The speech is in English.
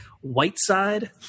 Whiteside